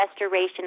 restoration